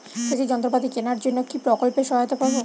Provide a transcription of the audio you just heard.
সেচের যন্ত্রপাতি কেনার জন্য কি প্রকল্পে সহায়তা পাব?